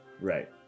Right